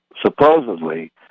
supposedly